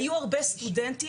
היו הרבה סטודנטים,